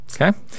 Okay